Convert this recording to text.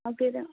हांव कितें